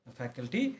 faculty